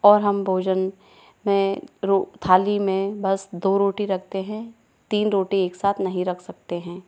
और हम भोजन में थाली में बस दो रोटी रखते है तीन रोटी एक साथ नहीं रख सकते है